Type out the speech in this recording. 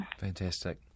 Fantastic